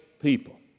people